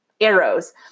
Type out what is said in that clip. arrows